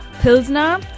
Pilsner